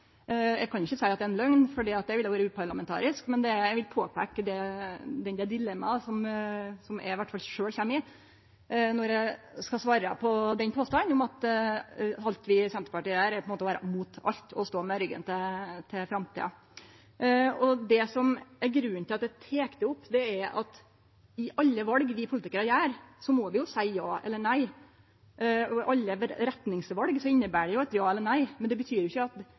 Eg kan ikkje seie at det er ei løgn, for det ville vore uparlamentarisk, men eg vil påpeike det dilemmaet som iallfall eg sjølv kjem i når eg skal svare på påstanden om at Senterpartiet er mot alt og står med ryggen til framtida. Det som er grunnen til at eg tek opp dette, er at i alle val vi politikarar gjer, må vi jo seie ja eller nei. Alle retningsval inneber jo et ja eller nei, men det betyr ikkje at